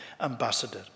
ambassador